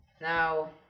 Now